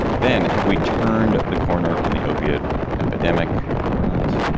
then have we turned the corner on the opiate epidemic or not.